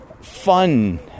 fun